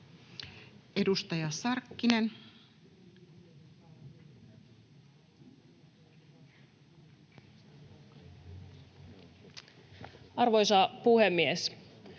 Edustaja Hyrkkö. Arvoisa puhemies!